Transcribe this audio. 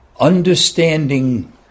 understanding